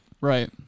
Right